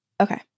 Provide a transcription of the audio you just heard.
Okay